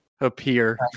appear